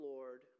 Lord